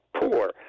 poor